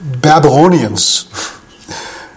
Babylonians